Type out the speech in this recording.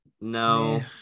no